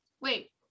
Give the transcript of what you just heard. Wait